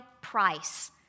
price